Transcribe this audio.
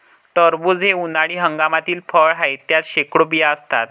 टरबूज हे उन्हाळी हंगामातील फळ आहे, त्यात शेकडो बिया असतात